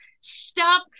stop